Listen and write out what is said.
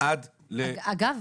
עד ל --- אגב,